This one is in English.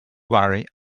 worry